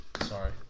Sorry